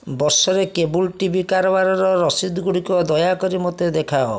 ବର୍ଷରେ cable TV କାରବାରର ରସିଦ ଗୁଡ଼ିକ ଦୟାକରି ମୋତେ ଦେଖାଅ